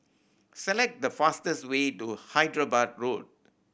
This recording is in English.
select the fastest way to Hyderabad Road